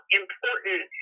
important